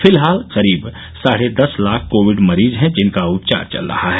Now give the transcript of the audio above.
फिलहाल करीब साढ़े दस लाख कोविड मरीज हैं जिनका उपचार चल रहा है